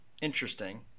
interesting